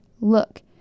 Look